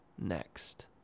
next